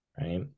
Right